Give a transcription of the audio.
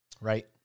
Right